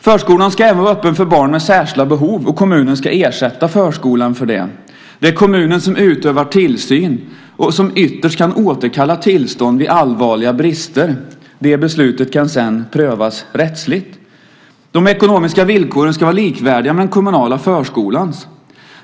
Förskolan ska även vara öppen för barn med särskilda behov, och kommunen ska ersätta förskolan för det. Det är kommunen som utövar tillsyn och som ytterst kan återkalla tillstånd vid allvarliga brister. Det beslutet kan sedan prövas rättsligt. De ekonomiska villkoren ska vara likvärdiga med den kommunala förskolans.